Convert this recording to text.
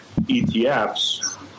ETFs